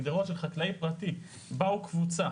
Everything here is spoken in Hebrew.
גדרות של חקלאי פרטי, באו קבוצה.